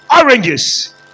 oranges